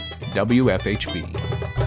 WFHB